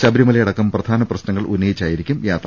ശബരിമലയടക്കം പ്രധാന പ്രശ്നങ്ങൾ ഉന്നയിച്ചായിരിക്കും യാത്ര